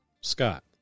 Scott